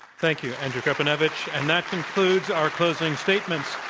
thank you. andrew krepinevich. and that concludes our closing statements,